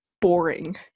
boring